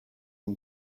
and